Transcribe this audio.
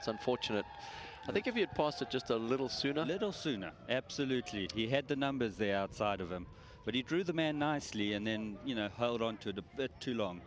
it's unfortunate i think if you had pasta just a little sooner a little sooner absolutely he had the numbers they outside of him but he drew the man nicely and then you know hold on to the two long